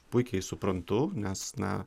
puikiai suprantu nes na